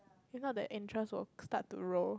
if not the interest will start to roll